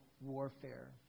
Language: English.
warfare